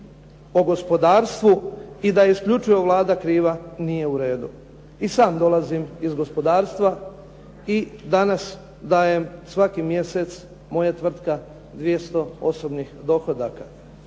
po gospodarstvu i da je isključivo Vlada kriva, nije u redu. I sam dolazim iz gospodarstva i danas dajem svaki mjesec, moja tvrtka, 200 osobnih dohodaka.